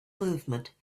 movement